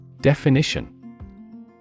Definition